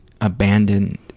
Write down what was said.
abandoned